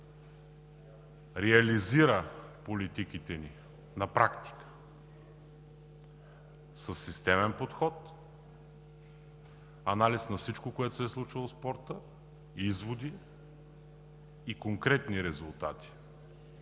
реализира политиките ни на практика със системен подход, анализ на всичко, което се е случвало в спорта, изводи и конкретни резултати,